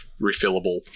refillable